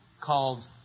called